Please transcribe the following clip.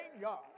God